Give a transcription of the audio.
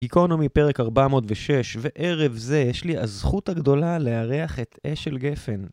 גיקונומי פרק 406, וערב זה יש לי הזכות הגדולה לארח את אשל גפן.